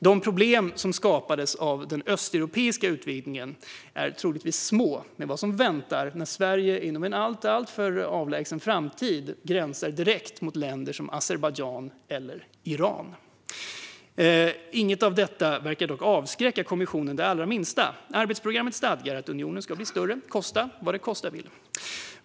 De problem som skapades genom den östeuropeiska utvidgningen är troligtvis små jämfört med vad som väntar när Sverige inom en inte alltför avlägsen framtid gränsar direkt mot länder som Azerbajdzjan eller Iran. Inget av detta verkar dock avskräcka kommissionen det allra minsta. Arbetsprogrammet stadgar att unionen ska bli större, kosta vad det kosta vill.